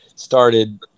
started